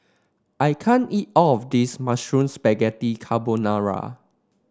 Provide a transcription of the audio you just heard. I can't eat all of this Mushroom Spaghetti Carbonara